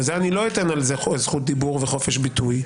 אני לא אתן על זה זכות דיבור וחופש ביטוי,